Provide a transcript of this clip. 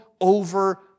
over